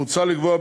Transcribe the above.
מוצע לקבוע,